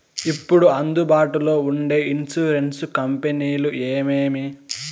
ఇప్పుడు అందుబాటులో ఉండే ఇన్సూరెన్సు కంపెనీలు ఏమేమి?